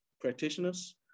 practitioners